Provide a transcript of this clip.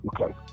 Okay